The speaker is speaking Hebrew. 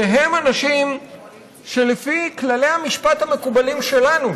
שהם אנשים שלפי כללי המשפט המקובלים שלנו,